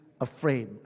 Afraid